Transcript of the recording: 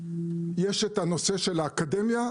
יש את הנושא של האקדמיה,